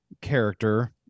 character